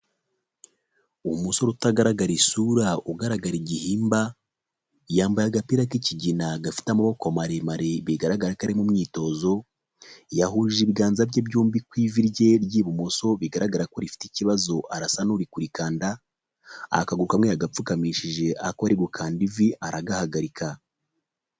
Umusore utagaragara isura ugaragara igihimba, yambaye agapira k'ikigina gafite amaboko maremare bigaragara ko ari mu imyitozo, yahuje ibiganza bye byombi ku ivi rye ry'ibumoso bigaragara ko rifite ikibazo arasa n'urikurikanda, akaguru kamwe yagapfukamishije ako ari gukanda ivi aragahagarika.